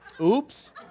Oops